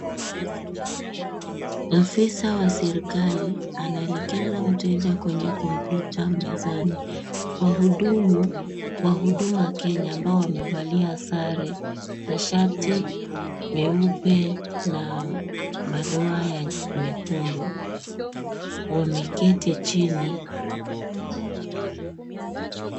Afisa wa serikali anaelekeza mteja kwenye kompyuta mezani. Wahudumu wa Huduma Kenya ambao wamevalia sare za shati nyeupe na madoa ya mekundu wameketi chini.